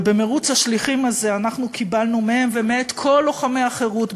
ובמירוץ השליחים הזה אנחנו קיבלנו מהם ומאת כל לוחמי החירות,